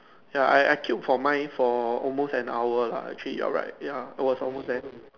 ya I I queue for mine for almost an hour lah actually you are right ya I was almost there